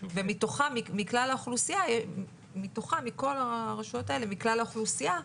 ומתוך הרשויות האלה, מכלל האוכלוסייה,